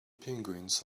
penguins